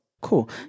Cool